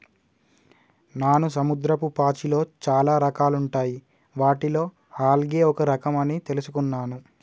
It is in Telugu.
నాను సముద్రపు పాచిలో చాలా రకాలుంటాయి వాటిలో ఆల్గే ఒక రఖం అని తెలుసుకున్నాను